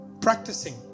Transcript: practicing